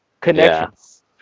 Connections